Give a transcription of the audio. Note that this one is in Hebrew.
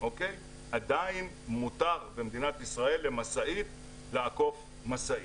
עדיין מותר במדינת ישראל למשאית לעקוף משאית,